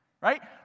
right